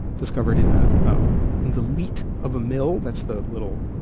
discovered in ah um in the leat of a mill. that's the little,